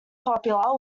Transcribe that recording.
popular